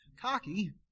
cocky